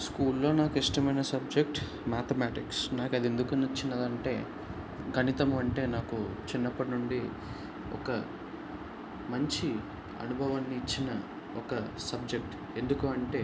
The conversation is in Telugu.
స్కూల్లో నాకిష్టమైన సబ్జెక్ట్ మ్యాథమెటిక్స్ నాకు అది ఎందుకు నచ్చిందంటే గణితము అంటే నాకు చిన్నప్పటి నుంచి ఒక మంచి అనుభవాన్ని ఇచ్చిన ఒక సబ్జెక్ట్ ఎందుకు అంటే